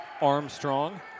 Armstrong